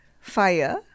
fire